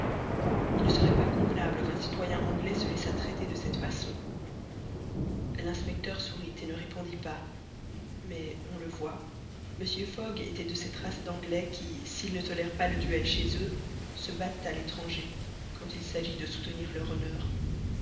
il ne serait pas convenable qu'un citoyen anglais se laissât traiter de cette façon l'inspecteur sourit et ne répondit pas mais on le voit mr fogg était de cette race d'anglais qui s'ils ne tolèrent pas le duel chez eux se battent à l'étranger quand il s'agit de soutenir leur honneur